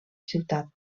ciutat